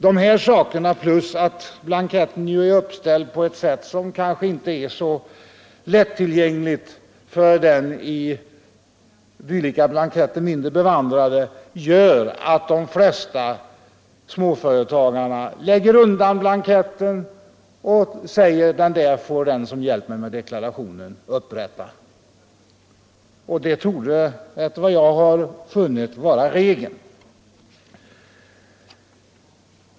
Dessa saker plus att blanketten är uppställd på ett sätt som kanske inte gör den så lättillgänglig för den i dylika blanketter mindre bevandrade gör att de flesta småföretagare lägger undan blanketten och säger: Den där arbetsgivaruppgiften får den som hjälper mig med deklarationen upprätta. Detta torde, enligt vad jag har funnit, vara regel.